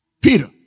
peter